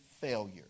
failure